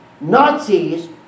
Nazis